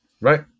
Right